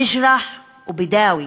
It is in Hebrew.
ביג'רח ובידאווי.